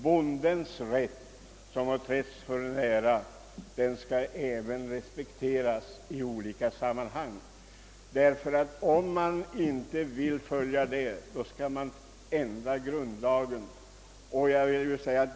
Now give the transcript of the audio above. Bondens rätt, som har trätts för när, skall även respekteras i detta sammanhang. Eljest ändrar man grundlagen.